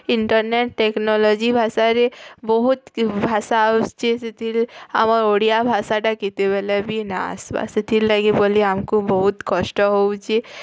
internet technology ଭାଷାରେ ବହୁତ୍ ଭାଷା ଆସୁଛି ସେଥିରେ ଆମର୍ ଓଡ଼ିଆ ଭାଷାଟା କେତେବେଲେ ବି ନା ଆସ୍ବା ସେଥିର୍ ଲାଗି ବୋଲି ଆମ୍କୁ ବହୁତ୍ କଷ୍ଟ ହେଉଛି